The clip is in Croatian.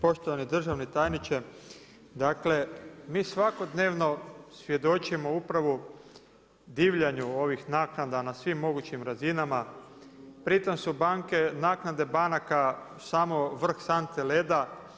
Poštovani državni tajniče, dakle mi svakodnevno svjedočimo upravo divljanju ovih naknada na svim mogućim razinama, pritom su banke, naknade banaka samo vrh sante leda.